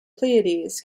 pleiades